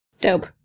Dope